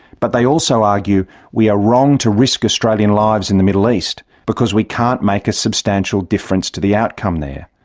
but they also argue we are wrong to risk australian lives in the middle east, because we cannot make a substantial difference to the outcome there.